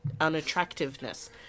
unattractiveness